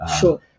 Sure